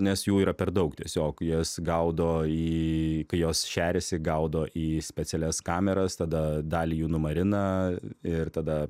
nes jų yra per daug tiesiog jas gaudo į kai jos šeriasi gaudo į specialias kameras tada dalį jų numarina ir tada